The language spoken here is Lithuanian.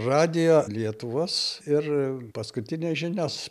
radijo lietuvos ir paskutines žinias